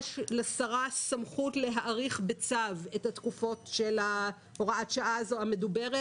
יש לשרה סמכות להאריך בצו את התקופות של הוראת השעה המדוברת.